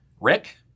Rick